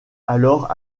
alors